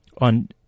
on